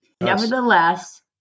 Nevertheless